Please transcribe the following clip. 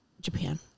Japan